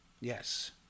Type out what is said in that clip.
Yes